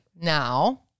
now